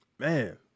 Man